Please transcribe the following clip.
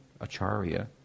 Acharya